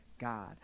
God